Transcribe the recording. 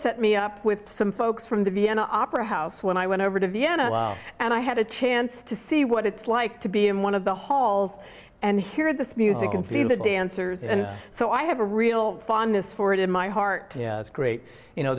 set me up with some folks from the vienna opera house when i went over to vienna and i had a chance to see what it's like to be in one of the halls and hear this music and see the dancers and so i have a real fondness for it in my heart it's great you know